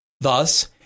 Thus